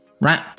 right